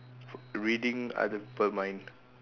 reading other people mind